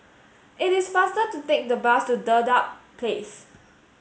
it is faster to take the bus to Dedap Place